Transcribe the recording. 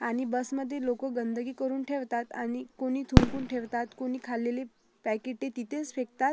आणि बसमधे लोक गंदगी करून ठेवतात आणि कोणी थुंकून ठेवतात कोणी खाल्लेली पॅकेटही तिथेच फेकतात